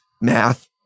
math